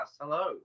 hello